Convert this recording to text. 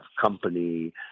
company